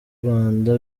rwanda